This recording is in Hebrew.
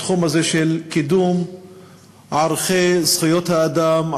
בתחום הזה של קידום ערכי זכויות האדם,